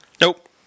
Nope